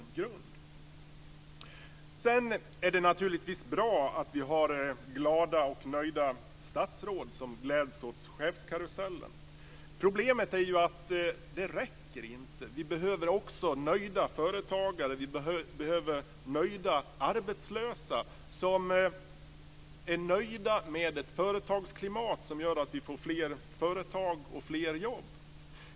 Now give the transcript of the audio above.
Det är naturligtvis bra att vi har glada och nöjda statsråd som gläds åt chefskarusellen. Problemet är ju att det inte räcker. Vi behöver också nöjda företagare. Vi behöver nöjda arbetslösa och ett företagsklimat som gör att vi får fler företag och fler jobb.